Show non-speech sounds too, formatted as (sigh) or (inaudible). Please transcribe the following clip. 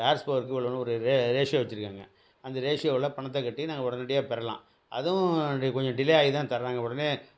ஆர்எஸ்போ (unintelligible) ஒரு ரே ரேஷியோ வச்சிருக்காங்க அந்த ரேஷியோவில் பணத்தை கட்டி நாங்கள் உடனடியா பெறலாம் அதுவும் டி கொஞ்சம் டிலே ஆகி தான் தராங்க உடனே